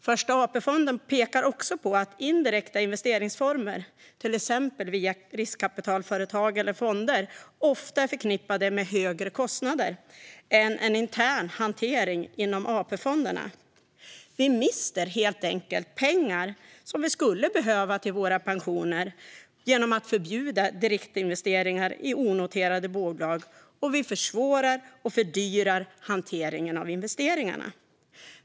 Första AP-fonden pekar också på att indirekta investeringsformer, till exempel via riskkapitalföretag eller fonder, ofta är förknippade med högre kostnader än en intern hantering inom AP-fonderna. Vi mister helt enkelt pengar som vi skulle behöva till våra pensioner genom att förbjuda direktinvesteringar i onoterade bolag, och vi försvårar och fördyrar hanteringen av investeringarna.